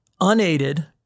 unaided